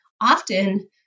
often